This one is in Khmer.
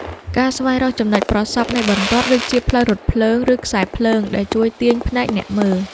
ការស្វែងរកចំណុចប្រសព្វនៃបន្ទាត់ ដូចជា ផ្លូវរថភ្លើង ឬខ្សែភ្លើងដែលជួយទាញភ្នែកអ្នកមើល។